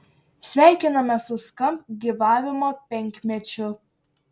sveikiname su skamp gyvavimo penkmečiu